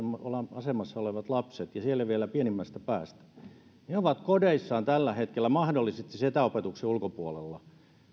asemassa olevat lapset ja siellä vielä pienimmästä päästä ovat kodeissaan tällä hetkellä mahdollisesti etäopetuksen ulkopuolella